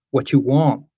what you want?